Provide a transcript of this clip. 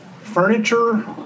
furniture